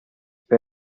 per